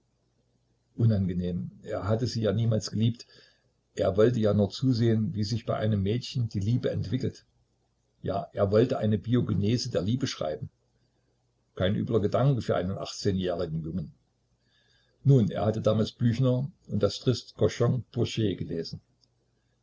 unangenehm er hatte sie ja niemals geliebt er wollte ja nur zusehen wie sich bei einem mädchen die liebe entwickelt ja er wollte eine biogenese der liebe schreiben kein übler gedanke für einen achtzehnjährigen jungen nun er hatte damals büchner und das triste cochon bourget gelesen